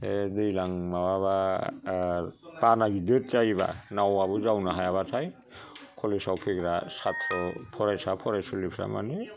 बे दैलां माबाबा बाना गिदिर जायोबा नावआबो जावनो हायाबाथाय कलेज आव फैग्रा साथ्र फरायसा फरायलुसिफ्रा मानि